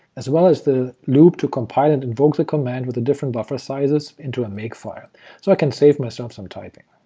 as well as the loop to compile and invoke the command with the different buffer sizes into a makefile, so i can save myself some typing.